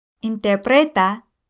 Interpreta